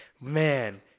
Man